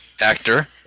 actor